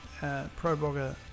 ProBlogger